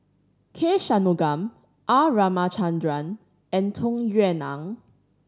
K Shanmugam R Ramachandran and Tung Yue Nang